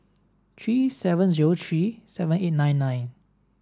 three seven zero three seven eight nine nine